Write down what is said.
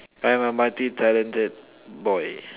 I'm a multi talented boy